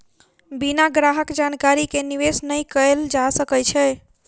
बिना ग्राहक जानकारी के निवेश नै कयल जा सकै छै